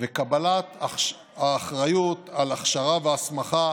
וקבלת אחריות להכשרה והסמכה